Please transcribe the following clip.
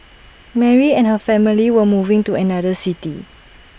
Mary and her family were moving to another city